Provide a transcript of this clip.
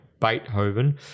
Beethoven